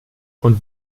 und